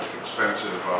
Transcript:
expensive